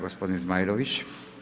Gospodin Zmajlović.